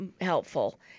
Helpful